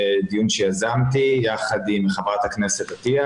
דיון שיזמתי יחד עם חברת הכנסת עטייה,